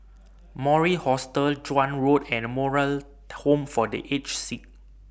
Mori Hostel Joan Road and Moral Home For The Aged Sick